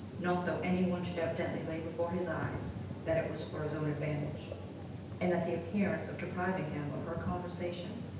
not though any one should evidently lay before his eyes that it was for his own advantage and that the appearance of depriving him of her conversation,